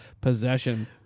possession